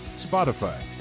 Spotify